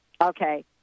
Okay